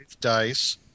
dice